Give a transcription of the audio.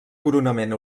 coronament